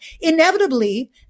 Inevitably